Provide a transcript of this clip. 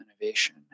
innovation